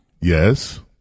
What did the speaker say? Yes